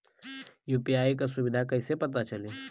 UPI क सुविधा कैसे पता चली?